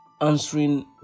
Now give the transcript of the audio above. answering